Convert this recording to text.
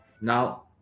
Now